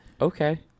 Okay